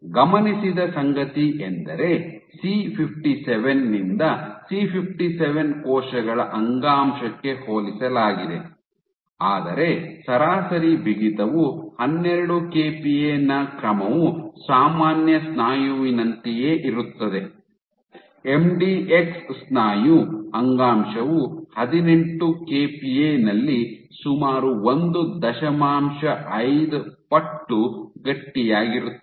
ಗಮನಿಸಿದ ಸಂಗತಿ ಎಂದರೆ C57 ನಿಂದ C57 ಕೋಶಗಳ ಅಂಗಾಂಶಕ್ಕೆ ಹೋಲಿಸಲಾಗಿದೆ ಆದರೆ ಸರಾಸರಿ ಬಿಗಿತವು ಹನ್ನೆರಡು ಕೆಪಿಎ ನ ಕ್ರಮವು ಸಾಮಾನ್ಯ ಸ್ನಾಯುವಿನಂತೆಯೇ ಇರುತ್ತದೆ ಎಂಡಿಎಕ್ಸ್ ಸ್ನಾಯು ಅಂಗಾಂಶವು ಹದಿನೆಂಟು ಕೆಪಿಎ ನಲ್ಲಿ ಸುಮಾರು ಒಂದು ದಶಮಾಂಶ ಐದು ಪಟ್ಟು ಗಟ್ಟಿಯಾಗಿರುತ್ತದೆ